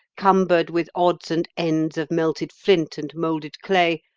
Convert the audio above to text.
cumbered with odds and ends of melted flint and moulded clay,